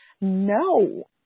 no